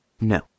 No